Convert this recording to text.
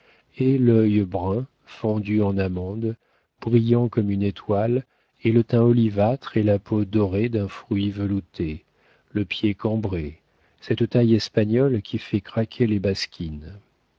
et l'œil brun fendu en amande brillant comme une étoile et le teint olivâtre et la peau dorée d'un fruit velouté le pied cambré cette taille espagnole qui fait craquer les basquines